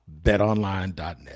BetOnline.net